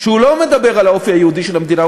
שאינו מדבר על האופי היהודי של המדינה,